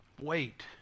Wait